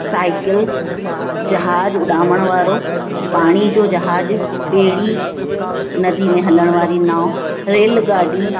cycle जहाज उॾामण वारो पाणीअ जो जहाज ॿेड़ी नदी में हलण वारी नाव रेल गाॾी